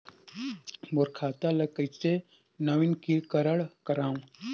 मोर खाता ल कइसे नवीनीकरण कराओ?